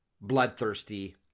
bloodthirsty